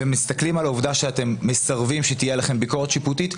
ומסתכלים על העובדה שאת מסרבים שתהיה עליכם ביקורת שיפוטית,